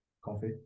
coffee